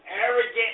arrogant